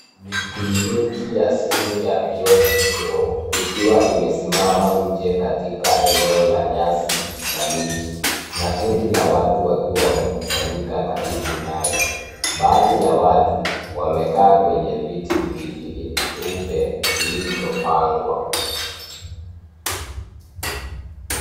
Ni kliniki ya simu ya Beyond Zero ikiwa imesimama nje katika eneo la nyasi na miti, na kundi la watu wakiwa wamekusanyika karibu nayo. Baadhi ya watu wamekaa kwenye viti vyeupe vilivyopangwa.